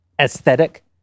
aesthetic